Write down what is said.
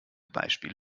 beispiel